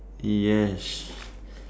yes